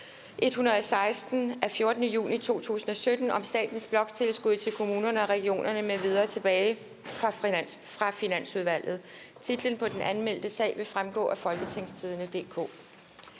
116 af 14. juni 2017 om statens bloktilskud til kommunerne og regionerne m.v. tilbage fra Finansudvalget). Titlen på den anmeldte sag vil fremgå af www.folketingstidende.dk